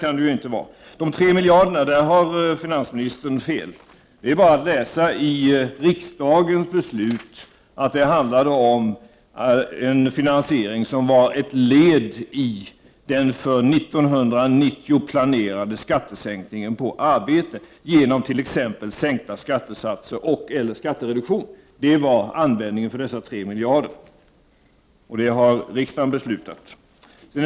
När det gäller de 3 miljarder kronorna har finansministern fel. Det är bara att läsa i riksdagens beslut att det handlade om en finansiering som var ett led i den för 1990 planerade skattesänkningen på arbetsinkomster, genom t.ex. sänkta skatter och/eller skattereduktion. Det var användningsområdet för dessa 3 miljarder. Det har riksdagen beslutat om.